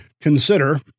consider